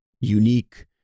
unique